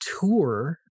tour